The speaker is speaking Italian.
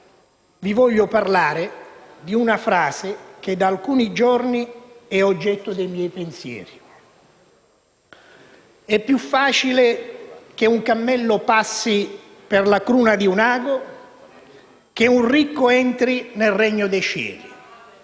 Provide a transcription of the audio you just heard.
vi voglio parlare di una frase che da alcuni giorni è oggetto dei miei pensieri: «È più facile che un cammello passi per la cruna di un ago, che un ricco entri nel regno dei cieli»